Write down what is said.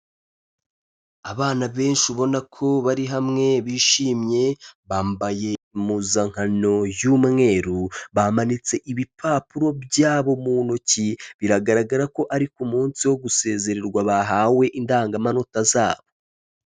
Abana benshi ubona ko bari hamwe bishimye bambaye impuzankano y'umweru, bamanitse ibipapuro byabo mu ntoki biragaragara ko ari ku munsi wo gusezererwa bahawe indangamanota zabo.